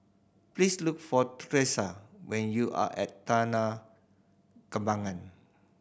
please look for Tresa when you are at Taman Kembangan